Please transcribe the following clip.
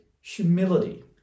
humility